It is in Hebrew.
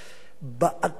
בקבוצה הזאת,